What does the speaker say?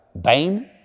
Bane